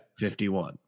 51